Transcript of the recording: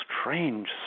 strange